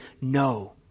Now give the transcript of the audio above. no